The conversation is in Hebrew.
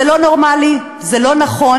זה לא נורמלי, זה לא נכון,